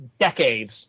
decades